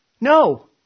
No